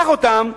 קח אותם,